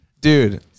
Dude